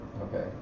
okay